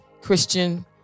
Christian